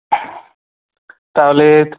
তাহলে